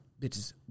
bitches